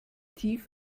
tief